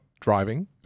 driving